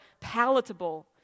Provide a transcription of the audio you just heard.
palatable